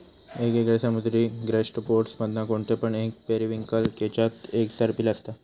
येगयेगळे समुद्री गैस्ट्रोपोड्स मधना कोणते पण एक पेरिविंकल केच्यात एक सर्पिल असता